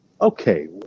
okay